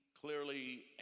clearly